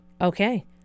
Okay